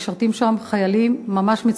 משרתים שם חיילים מצוינים ממש.